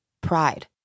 pride